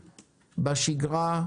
בשגרה.